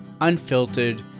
unfiltered